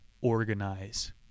Organize